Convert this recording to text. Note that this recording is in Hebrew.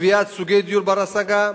קביעת סוגי דיור בר-השגה,